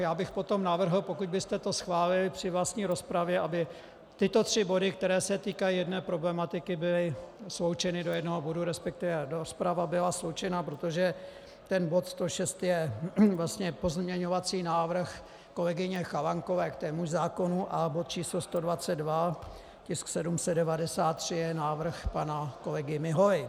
Já bych potom navrhl, pokud byste to schválili při vlastní rozpravě, aby tyto tři body, které se týkají jedné problematiky, byly sloučeny do jednoho bodu, resp. aby rozprava byla sloučena, protože ten bod 106 je vlastně pozměňovací návrh kolegyně Chalánkové k témuž zákonu a bod číslo 122, tisk 793, je návrh pana kolegy Miholy.